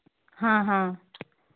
हाँ हाँ